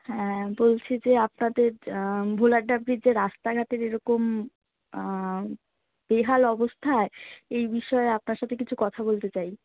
হ্যাঁ বলছি যে আপনাদের ভোলাডাব্রির যে রাস্তাঘাটের যেরকম বেহাল অবস্থা এই বিষয়ে আপনার সাথে কিছু কথা বলতে চাই